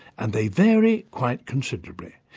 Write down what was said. and they vary quite considerably.